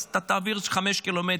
אז תעביר 5 קילומטר,